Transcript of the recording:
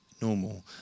Normal